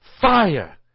fire